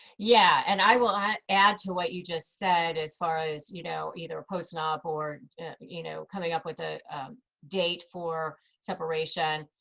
yeah. and i will add add to what you just said, as far as you know either a postnup or you know coming up with a date for separation.